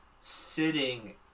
sitting